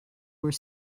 were